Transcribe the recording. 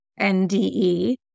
NDE